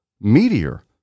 meteor